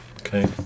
okay